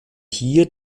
hier